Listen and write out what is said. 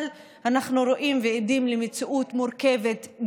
אבל אנחנו רואים ועדים למציאות מורכבת,